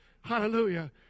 Hallelujah